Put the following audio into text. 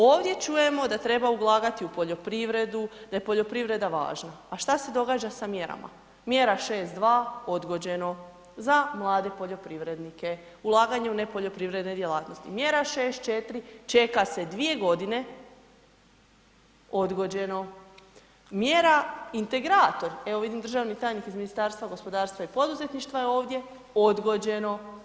Ovdje čujemo da treba ulagati u poljoprivredu, da je poljoprivreda važna, a šta se događa sa mjerama, mjera 6.2 odgođeno za mlade poljoprivrednike, ulaganje u nepoljoprivredne djelatnosti, mjera 6.4 čeka se 2 godine, odgođeno, mjera integrator, evo vidim državni tajnik i Ministarstva gospodarstva i poduzetništva je ovdje, odgođeno.